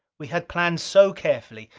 we had planned so carefully!